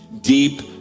deep